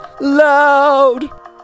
Loud